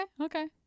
Okay